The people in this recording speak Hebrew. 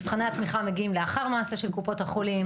מבחני התמיכה מגיעים לאחר מעשה של קופות החולים,